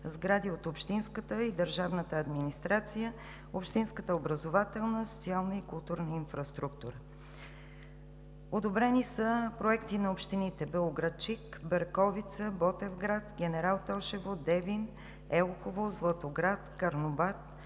сгради от общинската и държавната администрация, общинската, образователната, социалната и културната инфраструктура. Одобрени са проекти на общините Белоградчик, Берковица, Ботевград, Генерал Тошево, Девин, Елхово, Златоград, Карнобат,